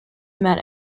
met